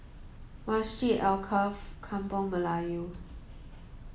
Masjid Alkaff Kampung Melayu